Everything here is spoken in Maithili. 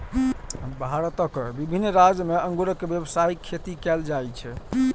भारतक विभिन्न राज्य मे अंगूरक व्यावसायिक खेती कैल जाइ छै